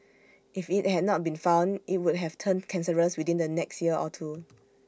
if IT had not been found IT would have turned cancerous within the next year or two